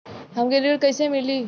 हमके ऋण कईसे मिली?